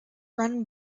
run